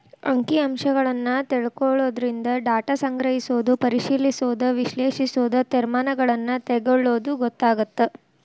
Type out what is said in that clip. ಅಂಕಿ ಅಂಶಗಳನ್ನ ತಿಳ್ಕೊಳ್ಳೊದರಿಂದ ಡಾಟಾ ಸಂಗ್ರಹಿಸೋದು ಪರಿಶಿಲಿಸೋದ ವಿಶ್ಲೇಷಿಸೋದು ತೇರ್ಮಾನಗಳನ್ನ ತೆಗೊಳ್ಳೋದು ಗೊತ್ತಾಗತ್ತ